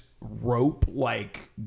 rope-like